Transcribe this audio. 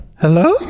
Hello